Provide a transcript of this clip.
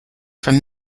from